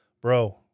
Bro